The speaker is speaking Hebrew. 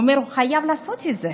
הוא חייב לעשות את זה.